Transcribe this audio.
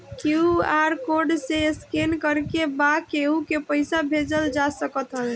QR code के scan करके बा केहू के पईसा भेजल जा सकत हवे